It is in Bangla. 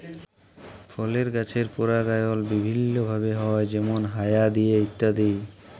ফলের গাছের পরাগায়ল বিভিল্য ভাবে হ্যয় যেমল হায়া দিয়ে ইত্যাদি